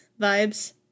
vibes